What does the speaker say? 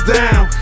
down